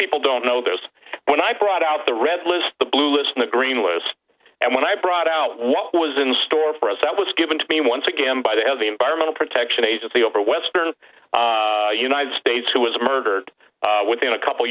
people don't know there's when i brought out the red list the blue is in the green list and when i brought out what was in store for us that was given to me once again by the head of the environmental protection agency over western united states who was murdered within a couple